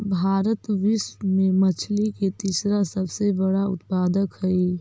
भारत विश्व में मछली के तीसरा सबसे बड़ा उत्पादक हई